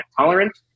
tolerant